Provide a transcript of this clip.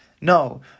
No